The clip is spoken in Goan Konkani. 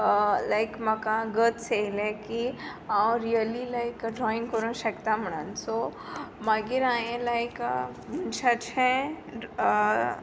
लायक म्हाका गट्स आयले की हांव रियली लायक ड्रॉयींग करूंक शकता म्हणून सो मागीर हांवें लायक लायक